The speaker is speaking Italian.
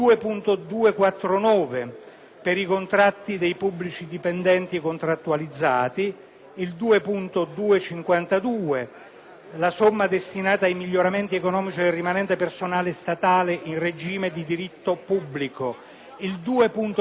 dei contratti dei pubblici dipendenti contrattualizzati, mentre il 2.252 riguarda la somma destinata ai miglioramenti economici del rimanente personale statale in regime di diritto pubblico. Proseguendo